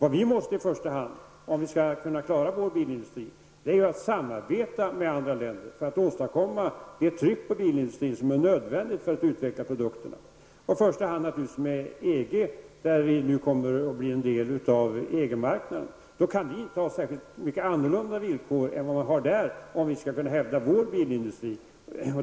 Om Sveriges bilindustri skall kunna klara sig måste vi i första hand samarbeta med andra länder för att åstadkomma det tryck på bilindustrin som är nödvändigt för att det skall ske en produktutveckling. Det ligger då närmast till hands att samarbeta med EG. När vi blir en del av EG marknaden, kan vi inte ha särskilt mycket annorlunda villkor än de som gäller för EG området, om vi skall kunna hävda Sveriges bilindustri.